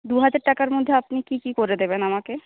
দুহাজার টাকার মধ্যে আপনি কি কি করে দেবেন আমাকে